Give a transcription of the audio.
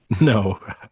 No